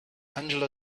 angela